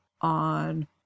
on